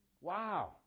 Wow